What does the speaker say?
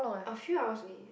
a few hour only